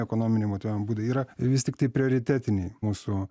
ekonominiai motyvavimo būdai yra vis tiktai prioritetiniai mūsų